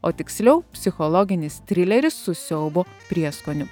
o tiksliau psichologinis trileris su siaubo prieskoniu